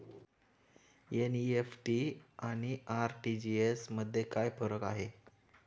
NEFT आणि RTGS मध्ये काय फरक आहे?